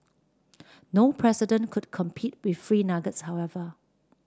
no president could compete with free nuggets however